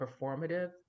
performative